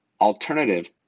alternative